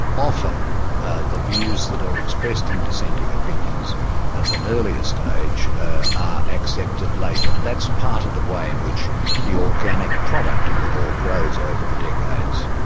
often ah the views that are expressed in dissenting opinions at an earlier stage, are ah accepted later, and that's part of the way in which the organic product of the law grows over the decades.